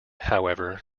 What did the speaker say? however